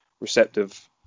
receptive